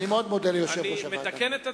אני מתקן את עצמי.